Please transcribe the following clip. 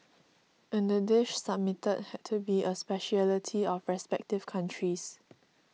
and the dish submitted had to be a speciality of the respective countries